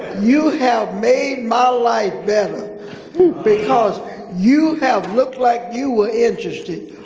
you have made my life better because you have looked like you were interested.